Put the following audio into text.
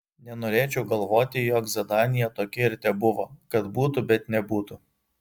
nenorėčiau galvoti jog zadanija tokia ir tebuvo kad būtų bet nebūtų